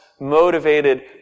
motivated